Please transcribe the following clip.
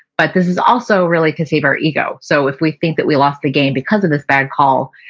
but this is also really to save our ego. so if we think that we lost the game because of this bad call,